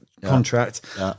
Contract